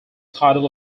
title